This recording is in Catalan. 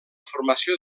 formació